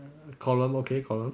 column okay column